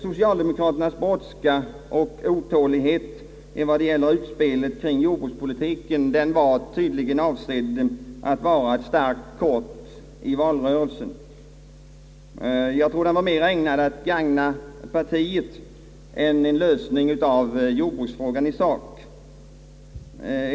Socialdemokraternas brådska och otålighet evad gäller utspelet kring jordbrukspolitiken visar tydligt att densamma var avsedd att vara ett starkt kort i valrörelsen och mera var ägnad att gagna partiet än att åstadkomma en lösning av jordbruksfrågan i sak.